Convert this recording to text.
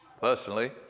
personally